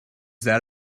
that